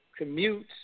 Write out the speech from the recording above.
commutes